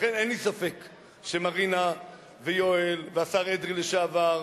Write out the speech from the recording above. לכן אין לי ספק שמרינה, יואל, השר אדרי לשעבר,